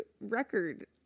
record